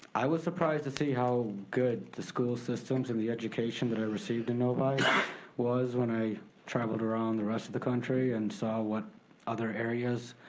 i was surprised to see how good the school systems and the education that i received in novi was when i traveled around the rest of the country and so what other areas